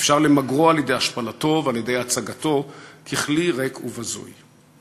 אפשר למגרו על-ידי השפלתו ועל-ידי הצגתו ככלי ריק ובזוי".